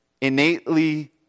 innately